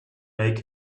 make